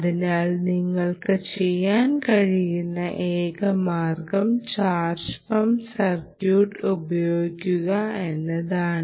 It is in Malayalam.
അതിനാൽ നിങ്ങൾക്ക് ചെയ്യാൻ കഴിയുന്ന ഏക മാർഗം ചാർജ് പമ്പ് സർക്യൂട്ട് ഉപയോഗിക്കുക എന്നതാണ്